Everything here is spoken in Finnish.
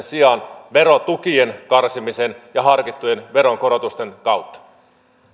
sijaan verotukien karsimisen ja harkittujen veronkorotusten kautta